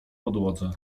podłodze